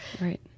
Right